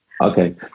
Okay